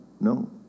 no